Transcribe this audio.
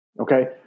Okay